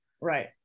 Right